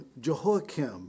Jehoiakim